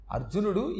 Arjunudu